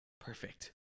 perfect